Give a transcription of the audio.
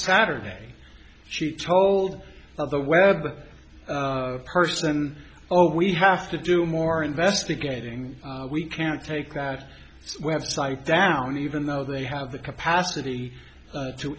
saturday she told of the web person oh we have to do more investigating we can take that website down even though they have the capacity to